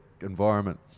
environment